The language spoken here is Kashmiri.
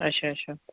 اچھا اچھا